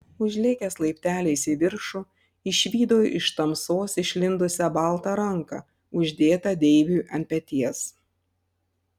užlėkęs laipteliais į viršų išvydo iš tamsos išlindusią baltą ranką uždėtą deivui ant peties